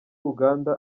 uganda